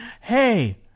Hey